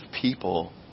people